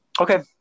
Okay